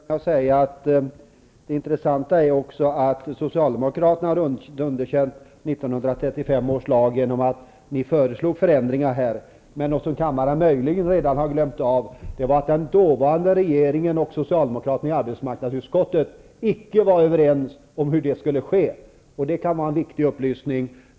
Herr talman! Avslutningsvis vill jag bara säga att det är intressant att notera att socialdemokraterna har underkänt 1935 års lag genom sina förslag om förändringar här. Något som kammaren möjligen har glömt är att den dåvarande regeringen och socialdemokraterna i arbetsmarknadsutskottet icke var överens om hur det skulle ske. Det kan vara en viktig upplysning.